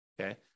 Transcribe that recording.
okay